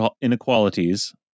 inequalities